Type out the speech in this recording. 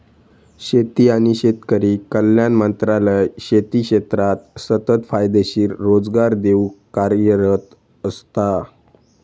शेती आणि शेतकरी कल्याण मंत्रालय शेती क्षेत्राक सतत फायदेशीर रोजगार देऊक कार्यरत असता